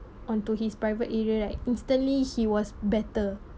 onto his private area like instantly he was better